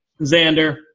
Xander